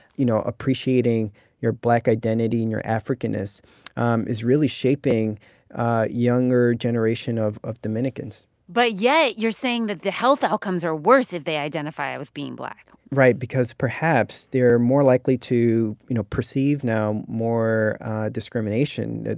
you know, appreciating your black identity and your africanness um is really shaping a younger generation of of dominicans but yet, you're saying that the health outcomes are worse if they identify with being black right because perhaps they're more likely to, you know, perceive now more discrimination.